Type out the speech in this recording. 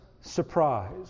surprise